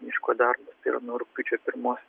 miško dar ir nuo rugpjūčio pirmos